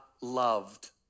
loved